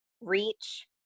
reach